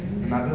mmhmm